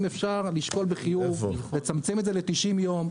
אם אפשר לשקול בחיוב לצמצם את זה ל-90 יום,